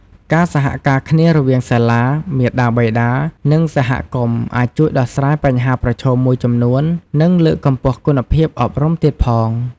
ការសហការគ្នារវាងសាលា មាតាបិតា និងសហគមន៍អាចជួយដោះស្រាយបញ្ហាប្រឈមមួយចំនួន និងលើកកម្ពស់គុណភាពអប់រំទៀតផង។